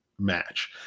match